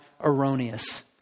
erroneous